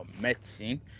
Medicine